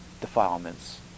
defilements